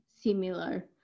similar